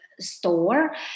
store